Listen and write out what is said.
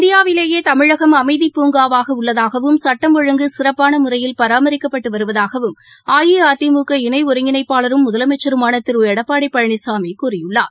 இந்தியாவிலேயேதமிழகம் அமைதிப் பூங்காவாகஉள்ளதாகவும் சட்டம் ஒழுங்கு சிறப்பானமுறையில் பராமரிக்கப்பட்டுவருவதாகவும் இணைஒருங்கிணைப்பாளரும் அஇஅதிமுக முதலமைச்சருமானதிருளடப்பாடிபழனிசாமிகூறியிருக்கிறார்